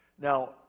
Now